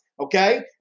Okay